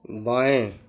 बाएँ